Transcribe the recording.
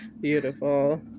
Beautiful